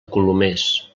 colomers